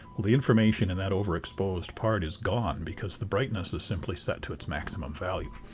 the information in that overexposed part is gone because the brightness is simply set to its maximum value.